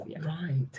Right